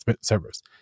servers